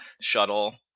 shuttle